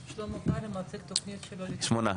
שמונה.